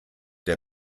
der